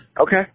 okay